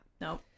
no